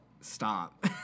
stop